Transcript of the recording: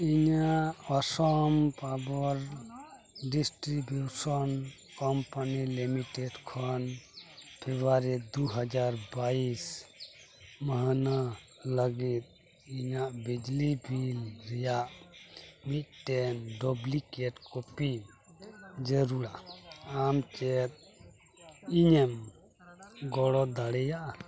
ᱤᱧᱟᱹᱜ Assam power distribution company limited ᱠᱷᱚᱱ February ᱫᱩ ᱦᱟᱡᱟᱨ ᱵᱟᱭᱤᱥ ᱢᱟᱹᱦᱱᱟᱹ ᱞᱟᱹᱜᱤᱫ ᱤᱧᱟᱹᱜ ᱵᱤᱡᱽᱞᱤ ᱵᱤᱞ ᱨᱮᱱᱟᱜ ᱢᱤᱫᱴᱮᱱ ᱰᱩᱯᱞᱤᱠᱮᱴ ᱠᱚᱯᱤ ᱡᱟᱹᱨᱩᱲᱟ ᱟᱢ ᱪᱮᱫ ᱤᱧᱮᱢ ᱜᱚᱲᱚ ᱫᱟᱲᱮᱭᱟᱹᱧᱟᱹ